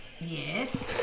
Yes